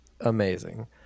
amazing